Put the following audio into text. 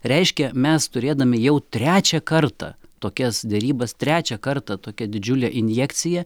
reiškia mes turėdami jau trečią kartą tokias derybas trečią kartą tokia didžiulė injekcija